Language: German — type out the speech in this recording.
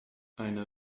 eine